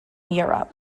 europe